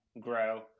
grow